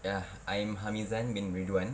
ya I am hamizan bin ridwan